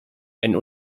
ein